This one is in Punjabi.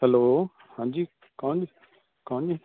ਹੈਲੋ ਹਾਂਜੀ ਕੌਣ ਜੀ ਕੌਣ ਜੀ